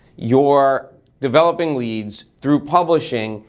you're developing leads through publishing,